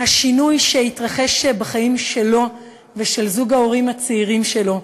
השינוי שהתרחש בחיים שלו ושל זוג ההורים הצעירים שלו,